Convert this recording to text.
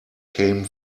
came